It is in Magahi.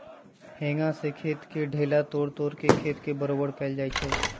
हेंगा से खेत के ढेला तोड़ तोड़ के खेत के बरोबर कएल जाए छै